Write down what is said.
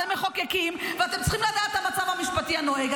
אתם מחוקקים ואתם צריכים לדעת את המצב המשפטי הנוהג.